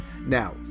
Now